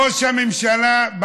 ראש הממשלה,